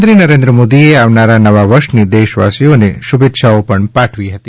પ્રધાનમંત્રી નરેન્દ્ર મોદીએ આવનારા નવા વર્ષની દેશવાસીઓને શુભેચ્છા પાઠવી છે